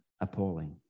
appalling